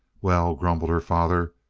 well, grumbled her father,